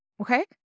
Okay